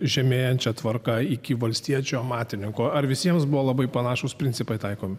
žemėjančia tvarka iki valstiečio amatininko ar visiems buvo labai panašūs principai taikomi